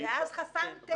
מהצבא,